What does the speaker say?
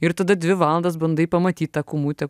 ir tada dvi valandas bandai pamatyt tą kūmutę